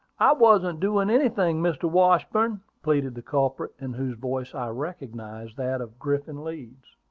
i wasn't doing anything, mr. washburn, pleaded the culprit, in whose voice i recognized that of griffin leeds.